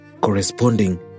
corresponding